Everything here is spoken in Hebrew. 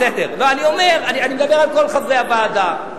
בסדר, אני מדבר על כל חברי הוועדה.